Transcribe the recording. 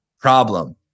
problem